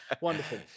Wonderful